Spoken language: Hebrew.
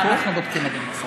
אנחנו בודקים, אדוני השר.